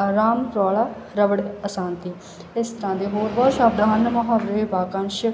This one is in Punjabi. ਆਰਾਮ ਰੌਲਾ ਰਬੜ ਅਸਾਨਤੀ ਇਸ ਤਰ੍ਹਾਂ ਦੇ ਹੋਰ ਬਹੁਤ ਸ਼ਬਦ ਹਨ ਮਹਾਵਰੇ ਵਾਕੰਸ਼